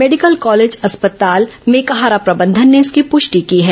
medical college अस्पताल मेकाहारा प्रबंधन ने इसकी पुष्टि की है